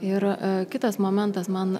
ir kitas momentas man